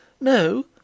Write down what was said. No